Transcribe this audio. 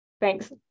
Thanks